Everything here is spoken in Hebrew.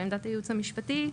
לעמדת הייעוץ המשפטי,